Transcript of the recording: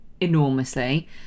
enormously